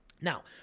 Now